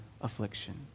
affliction